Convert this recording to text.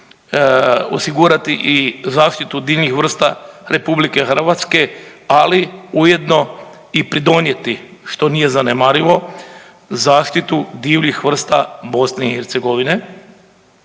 osigurati i zaštitu divljih vrsta RH, ali ujedno i pridonijeti što nije zanemarivo zaštitu divljih vrsta BiH na način